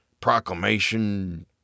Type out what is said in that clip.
proclamation